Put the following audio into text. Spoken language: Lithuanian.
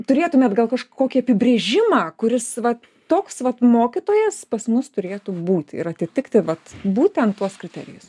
turėtumėt gal kažkokį apibrėžimą kuris vat toks vat mokytojas pas mus turėtų būti ir atitikti vat būtent tuos kriterijus